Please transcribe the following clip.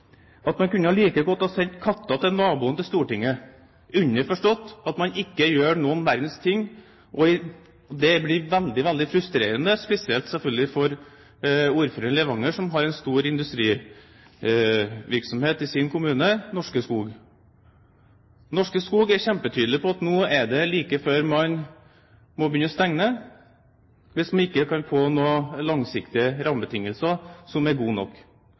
at man kunne like godt sendt katta til naboen til Stortinget. Underforstått: Man gjør ikke noen verdens ting. Det blir veldig frustrerende, spesielt for ordføreren i Levanger, som har en stor industrivirksomhet i sin kommune, Norske Skog. Norske Skog er kjempetydelig på at nå er det like før man må stenge, hvis man ikke kan få noen langsiktige rammebetingelser som er gode nok.